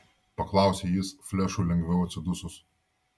paklausė jis flešui lengviau atsidusus